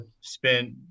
spent